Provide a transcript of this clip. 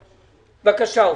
כץ, בבקשה.